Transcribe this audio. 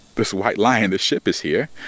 this white lion this ship is here,